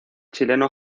chileno